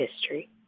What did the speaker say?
history